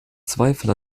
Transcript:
zweifel